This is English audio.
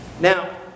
Now